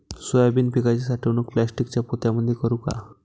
Soybean पिकाची साठवणूक प्लास्टिकच्या पोत्यामंदी करू का?